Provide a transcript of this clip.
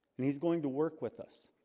and he's going to work with us